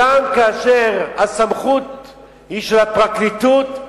גם כאשר הסמכות היא של הפרקליטות,